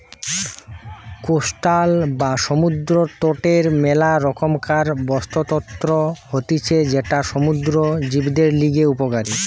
coastal বা সমুদ্র তটের মেলা রকমকার বাস্তুতন্ত্র হতিছে যেটা সমুদ্র জীবদের লিগে উপকারী